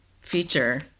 feature